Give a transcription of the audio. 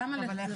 למה להחזרים?